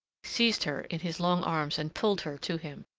seized her in his long arms and pulled her to him.